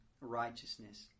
righteousness